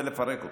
ולפרק אותו.